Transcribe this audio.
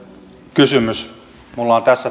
kysymys minulla on tässä